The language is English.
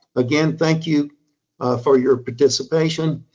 again, thank you for your participation.